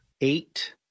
eight